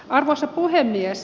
arvoisa puhemies